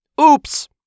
oops